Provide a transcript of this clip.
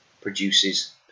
produces